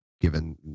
Given